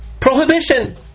prohibition